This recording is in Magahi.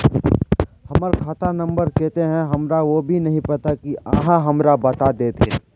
हमर खाता नम्बर केते है हमरा वो भी नहीं पता की आहाँ हमरा बता देतहिन?